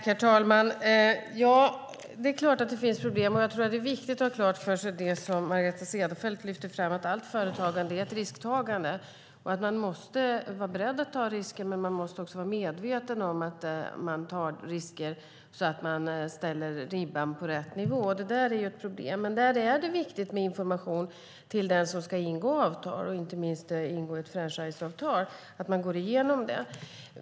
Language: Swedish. Herr talman! Det är klart att det finns problem. Jag tror att det är viktigt att ha klart för sig det som Margareta Cederfelt lyfte fram, nämligen att allt företagande är ett risktagande och att man måste vara beredd att ta risker och medveten om att man tar risker, så att man lägger ribban på rätt nivå. Det är ett problem. Där är det viktigt med information till den som ska ingå avtal, inte minst ingå ett franchiseavtal, så att man går igenom det.